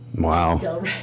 Wow